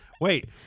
Wait